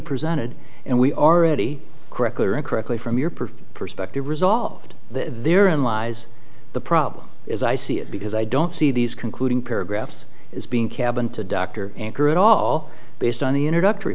presented and we already correctly or incorrectly from your perfect perspective resolved there in lies the problem is i see it because i don't see these concluding paragraphs is being cabin to dr anchor at all based on the introductory